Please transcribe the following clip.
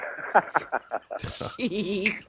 Jeez